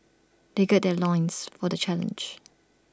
they gird their loins for the challenge